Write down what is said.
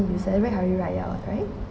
you'd celebrate hari raya what right